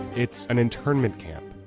it's an internment camp.